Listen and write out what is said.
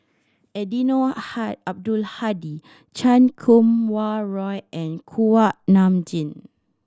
Eddino Abdul Hadi Chan Kum Wah Roy and Kuak Nam Jin